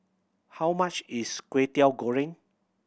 how much is Kway Teow Goreng